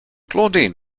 claudine